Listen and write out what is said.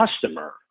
customer